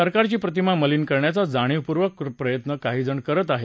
सरकारची प्रतिमा मलिन करण्याचा जाणीवपूर्वक प्रयत्न काहीजण करत आहेत